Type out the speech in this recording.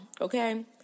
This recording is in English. Okay